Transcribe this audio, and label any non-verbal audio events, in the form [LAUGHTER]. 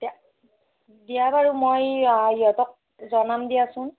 [UNINTELLIGIBLE] দিয়া বাৰু মই ইহঁতক জনাম দিয়াচোন